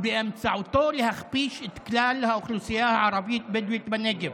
ובאמצעותו להכפיש את כלל האוכלוסייה הערבית-בדואית בנגב.